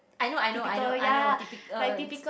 I know I know I know I know typical